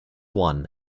one